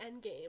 Endgame